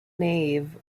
nave